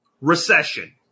recession